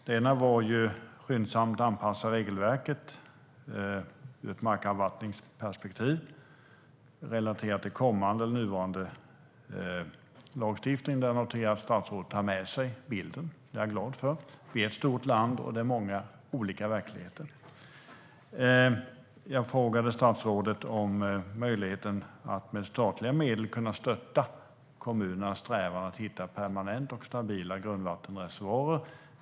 Den första gällde att skyndsamt anpassa regelverket ur ett markavvattningsperspektiv relaterat till kommande eller nuvarande lagstiftning. Där noterar jag att statsrådet tar med sig bilden. Det är jag glad för. Sverige är ett stort land, och det är många olika verkligheter. Jag frågade statsrådet om möjligheten att med statliga medel stötta kommunernas strävan att hitta permanenta och stabila grundvattenreservoarer.